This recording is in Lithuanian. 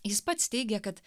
jis pats teigia kad